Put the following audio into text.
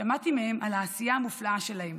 שמעתי מהם על העשייה המופלאה שלהם.